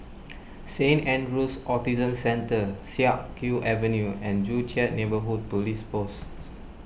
Saint andrew's Autism Centre Siak Kew Avenue and Joo Chiat Neighbourhood Police Post